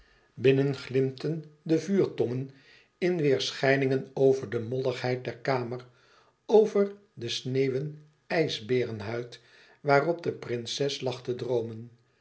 binnen glimpten de vuurtongen in weêrschijningen over de molligheid der kamer over de sneeuwen ijsbeerenhuid waarop de prinses lag te droomen